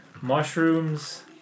mushrooms